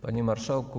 Panie Marszałku!